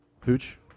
Pooch